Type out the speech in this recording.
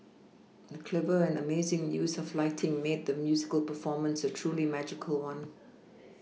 the clever and amazing use of lighting made the musical performance a truly magical one